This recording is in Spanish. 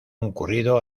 ocurrido